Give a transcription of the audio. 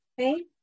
Okay